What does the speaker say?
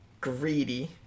greedy